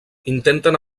intenten